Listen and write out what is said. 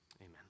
Amen